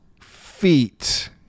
feet